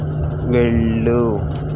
వెళ్ళు